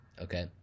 okay